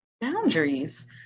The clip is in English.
Boundaries